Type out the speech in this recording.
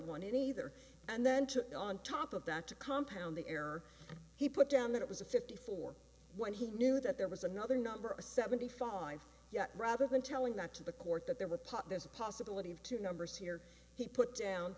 one in either and then to be on top of that to compound the error he put down that it was a fifty four when he knew that there was another number a seventy following yet rather than telling that to the court that there were pot there's a possibility of two numbers here he put down